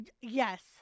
Yes